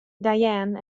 diane